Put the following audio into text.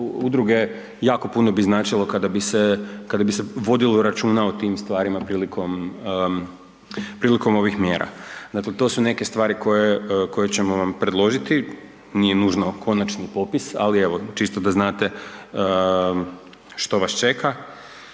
udruge, jako puno bi značilo kada bi se, kada bi se vodilo računa o tim stvarima prilikom, prilikom ovih mjera. Dakle, to su neke stvari koje, koje ćemo vam predložiti, nije nužno konačni popis, ali evo čisto da znate što vas čeka.